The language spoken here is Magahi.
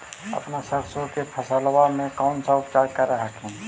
अपन सरसो के फसल्बा मे कैसे उपचार कर हखिन?